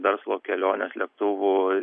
verslo kelionės lėktuvu